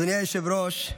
אדוני היושב-ראש,